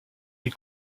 les